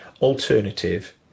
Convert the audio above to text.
alternative